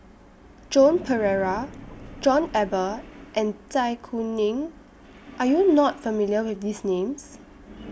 Joan Pereira John Eber and Zai Kuning Are YOU not familiar with These Names